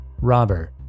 Robert